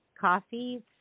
coffee